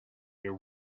your